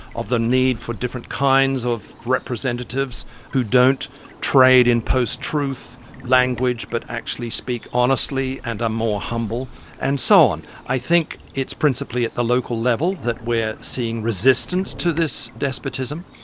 of the need for different kinds of representatives who don't trade in post-truth language but actually speak honestly and are more humble and so on. i think it's principally at the local level that we are seeing resistance to this despotism.